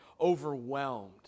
overwhelmed